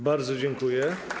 Bardzo dziękuję.